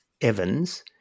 Evans